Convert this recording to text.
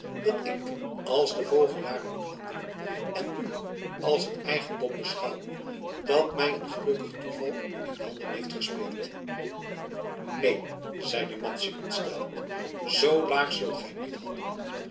dat ik als de vogelaar moet handelen en u als het eigendom beschouwen dat mij een gelukkig toeval in handen heeft gespeeld neen zeide madzy ontsteld zoo laag zult gij niet handelen